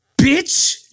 bitch